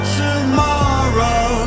tomorrow